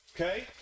Okay